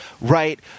right